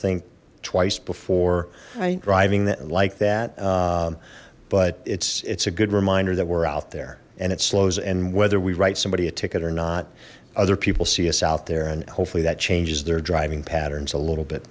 think twice before i drive at but it's it's a good reminder that we're out there and it slows and whether we write somebody a ticket or not other people see us out there and hopefully that changes their driving patterns a little bit